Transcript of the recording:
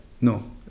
no